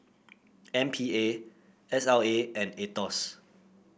M P A S L A and Aetos